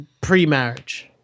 pre-marriage